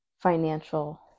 financial